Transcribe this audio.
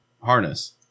harness